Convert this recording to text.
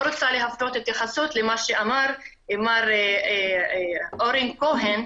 פה אני רוצה להפנות התייחסות למה שאמר מר אורן כהן,